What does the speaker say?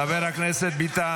יש הרוגים בצפון --- חבר הכנסת ביטן.